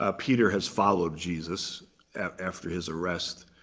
ah peter has followed jesus after his arrest,